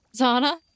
Zana